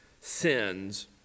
sins